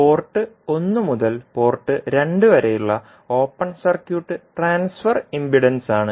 port 1 മുതൽ port 2 വരെയുള്ള open circuit transfer ഇംപെഡൻസാണ്